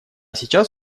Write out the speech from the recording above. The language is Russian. сейчас